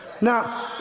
Now